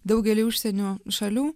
daugely užsienio šalių